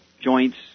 joints